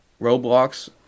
Roblox